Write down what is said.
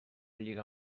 lligar